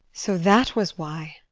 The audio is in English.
so that was why!